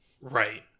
right